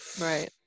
Right